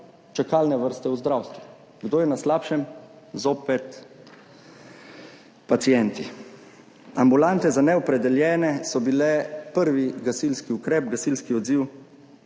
čakalne vrste v zdravstvu. Kdo je na slabšem? Zopet pacienti. Ambulante za neopredeljene so bile prvi gasilski ukrep, gasilski odziv